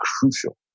crucial